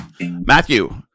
Matthew